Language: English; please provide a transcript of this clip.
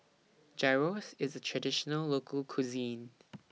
Gyros IS A Traditional Local Cuisine